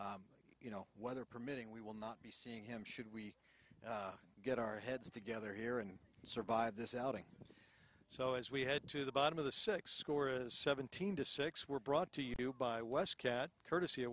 so you know weather permitting we will not be seeing him should we get our heads together here and survive this outing so as we head to the bottom of the six score of seventeen to six were brought to you by west cat courtesy